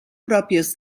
pròpies